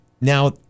now